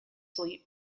sleep